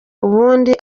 ubundi